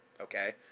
okay